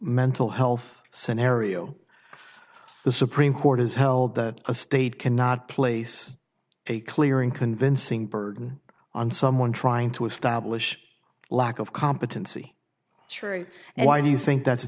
mental health scenario the supreme court has held that a state cannot place a clear and convincing burden on someone trying to establish lack of competency true and why do you think that's